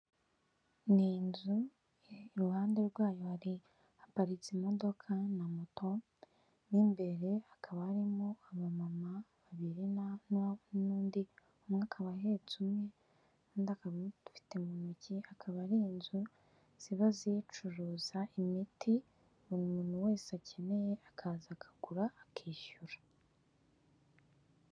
Ni inzu iruhande rwayo haparitse imodoka na moto n'imbere hakaba harimo abamama babiri na n'undi umwe akaba ahetse umwe n'undi akaba adufite mu ntoki, akaba ari inzu ziba ziyicuruza imiti buri muntu wese akeneye akaza akagura akishyura.